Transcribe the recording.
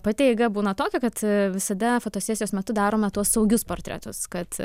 pati eiga būna tokia kad visada fotosesijos metu daroma tuos saugius portretus kad